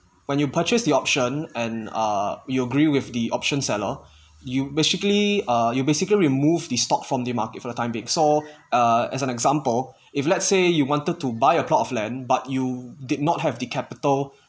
when you purchase the option and err you agree with the option seller you basically err you basically remove the stock from the market for the time being so uh as an example if let's say you wanted to buy a plot of land but you did not have the capital